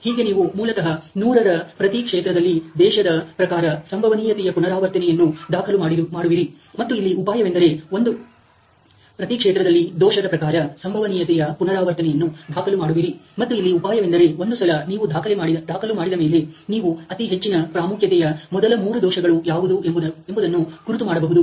ಹೀಗೆ ನೀವು ಮೂಲತಃ ನೂರರ ಪ್ರತಿ ಕ್ಷೇತ್ರದಲ್ಲಿ ದೋಷದ ಪ್ರಕಾರ ಸಂಭವನೀಯತೆಯ ಪುನರಾವರ್ತನೆಯನ್ನು ದಾಖಲು ಮಾಡುವಿರಿ ಮತ್ತು ಇಲ್ಲಿ ಉಪಾಯವೆಂದರೆ ಒಂದು ಸಲ ನೀವು ದಾಖಲು ಮಾಡಿದ ಮೇಲೆ ನೀವು ಅತಿ ಹೆಚ್ಚಿನ ಪ್ರಾಮುಖ್ಯತೆಯ ಮೊದಲ ಮೂರು ದೋಷಗಳು ಯಾವುದು ಎಂಬುದನ್ನು ಗುರುತು ಮಾಡಬಹುದು